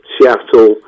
Seattle